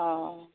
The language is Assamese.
অঁ